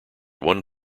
one